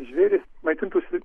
žvėrys maitintųsi